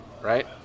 Right